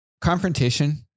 confrontation